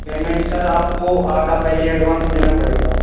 payment sir आपको आधा पहले एडवांस देना पड़ेगा